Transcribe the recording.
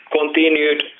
continued